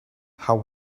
how